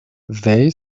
they